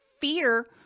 fear